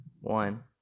one